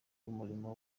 w’umurimo